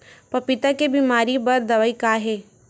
पपीता के बीमारी बर दवाई का हे?